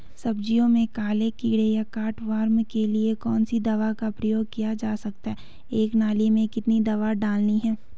सब्जियों में काले कीड़े या कट वार्म के लिए कौन सी दवा का प्रयोग किया जा सकता है एक नाली में कितनी दवा डालनी है?